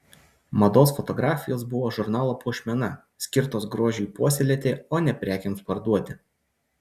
mados fotografijos buvo žurnalo puošmena skirtos grožiui puoselėti o ne prekėms parduoti